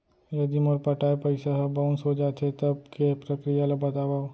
यदि मोर पटाय पइसा ह बाउंस हो जाथे, तब के प्रक्रिया ला बतावव